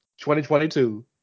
2022